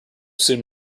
soon